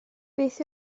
beth